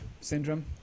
syndrome